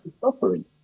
suffering